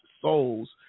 Souls